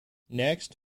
next